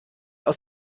aus